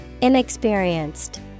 Inexperienced